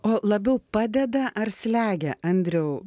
o labiau padeda ar slegia andriau